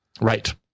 Right